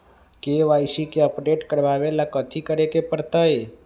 KYC के update करवावेला कथि करें के परतई?